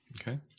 Okay